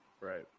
Right